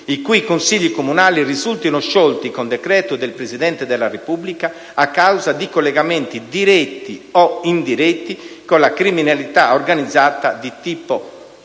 i cui consigli comunali risultino sciolti con decreto del Presidente della Repubblica a causa di collegamenti diretti o indiretti con la criminalità organizzata di tipo mafioso